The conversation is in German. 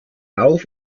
auf